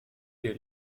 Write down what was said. der